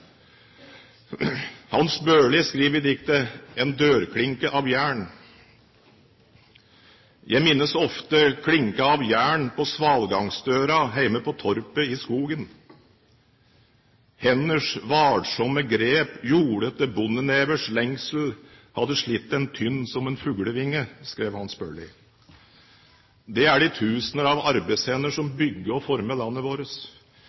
Hans Børli skriver i diktet «En dørklinke av jern»: «Jeg minnes ofte klinka av jern på svalgangsdøra heime på torpet i skogen; Henders varsomme grep, jordete bondenevers lengsel, hadde slitt den tynn som en fuglevinge.» Det er de tusener av arbeidshender som bygger og former landet vårt,